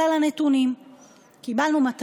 במגזר הציבורי ובין משרדים שונים בתוך